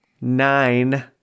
nine